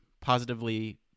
positively